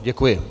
Děkuji.